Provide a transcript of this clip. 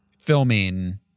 Filming